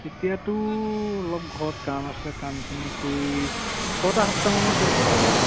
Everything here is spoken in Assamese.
এতিয়াতো অলপ ঘৰত কাম আছে কামখিনি কৰি ছটা সাতটামানত যাম নহ'লে